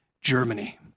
Germany